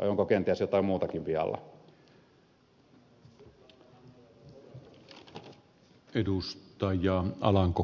vai onko kenties jotain muutakin vialla